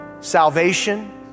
salvation